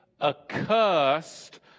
accursed